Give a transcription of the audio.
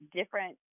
different